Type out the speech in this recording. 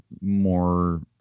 more